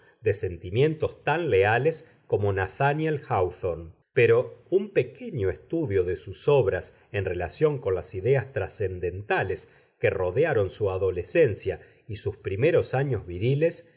de sentimientos tan leales como nathániel háwthorne pero un pequeño estudio de sus obras en relación con las ideas trascendentales que rodearon su adolescencia y sus primeros años viriles